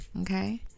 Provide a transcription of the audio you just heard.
okay